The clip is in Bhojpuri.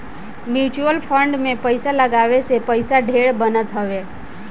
म्यूच्यूअल फंड में पईसा लगावे से पईसा ढेर बनत हवे